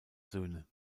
söhne